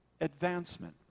advancement